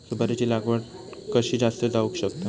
सुपारीची लागवड कशी जास्त जावक शकता?